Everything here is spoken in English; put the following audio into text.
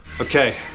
okay